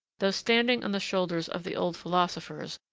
though standing on the shoulders of the old philosophers,